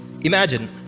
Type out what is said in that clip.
imagine